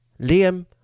Liam